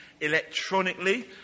electronically